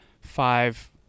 five